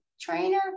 trainer